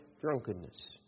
drunkenness